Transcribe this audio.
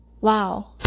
Wow